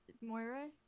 Moira